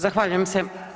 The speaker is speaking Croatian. Zahvaljujem se.